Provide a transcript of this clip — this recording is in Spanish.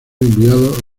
enviado